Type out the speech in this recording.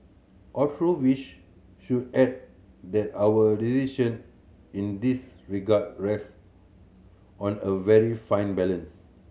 although wish should add that our decision in this regard rest on a very fine balance